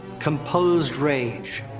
composed rage.